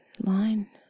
line